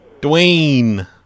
Dwayne